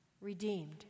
redeemed